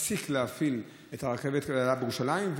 תפסיק להפעיל את הרכבת בירושלים,